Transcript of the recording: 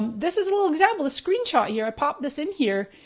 this is a little example, this screen shot here. i popped this in here.